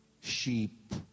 Sheep